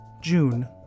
June